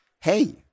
hey